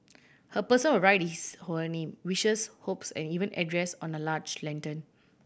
a person will write his or her name wishes hopes and even address on a large lantern